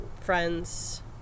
friends